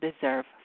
deserve